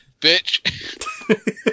bitch